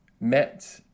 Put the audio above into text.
met